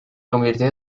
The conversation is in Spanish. convirtió